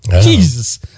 Jesus